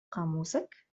قاموسك